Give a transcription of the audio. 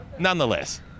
Nonetheless